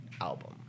album